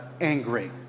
angry